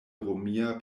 romia